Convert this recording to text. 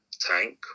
tank